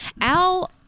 Al